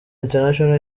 international